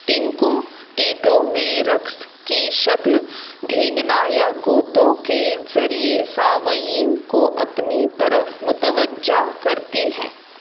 ٹینکوٹیٹو میں رقص کی شکل دھینگنا یا گوتو کے ذریعے سامعین کو اپنی طرف متوجہ کرتی ہے